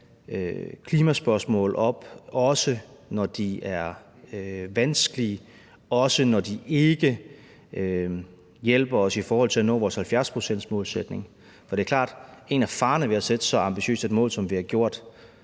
klimaspørgsmål op, også når de er vanskelige, også når de ikke hjælper os i forhold til at nå vores 70-procentsmålsætning, for det er klart, at en af farerne ved at sætte sig så ambitiøse mål, som vi har gjort,